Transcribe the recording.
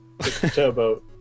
Turbo